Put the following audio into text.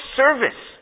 service